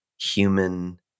human